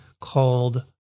called